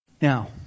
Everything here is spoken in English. Now